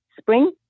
spring